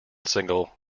single